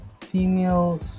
females